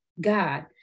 God